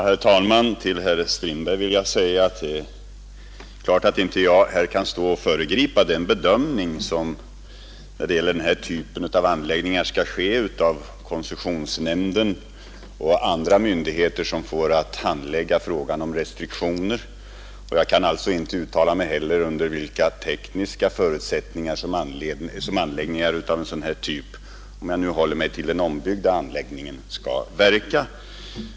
Herr talman! Till herr Strindberg vill jag säga, att det är klart att jag inte kan stå här och föregripa den bedömning som när det gäller den här typen av anläggningar skall göras av koncessionsnämnden och andra myndigheter som får att handlägga frågan om restriktioner. Jag kan alltså inte heller uttala mig om under vilka tekniska förutsättningar som anläggningar av en sådan här typ — om jag nu håller mig till den ombyggda anläggningen — skall verka.